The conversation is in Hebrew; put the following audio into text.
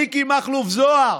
מיקי מכלוף זוהר,